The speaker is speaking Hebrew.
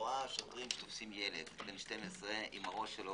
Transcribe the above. שוטרים שתופסים ילד עם הראש שלו,